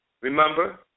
Remember